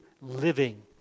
living